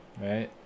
Right